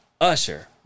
Usher